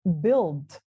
build